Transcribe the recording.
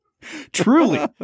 Truly